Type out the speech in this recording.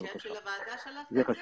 בצ'ט של הוועדה שלחת את זה?